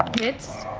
hits.